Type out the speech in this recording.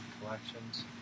collections